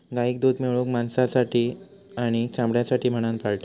गाईक दूध मिळवूक, मांसासाठी आणि चामड्यासाठी म्हणान पाळतत